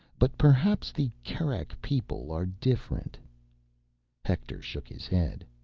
but perhaps the kerak people are different hector shook his head.